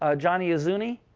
ah johnny iuzzini,